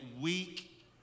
weak